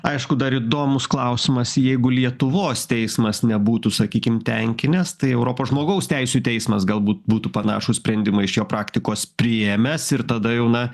aišku dar įdomus klausimas jeigu lietuvos teismas nebūtų sakykim tenkinęs tai europos žmogaus teisių teismas galbūt būtų panašų sprendimą iš jo praktikos priėmęs ir tada jau na